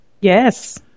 Yes